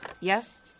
Yes